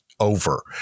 over